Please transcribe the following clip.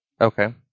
Okay